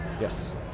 Yes